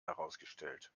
herausgestellt